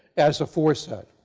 as aforesaid.